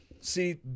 See